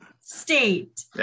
state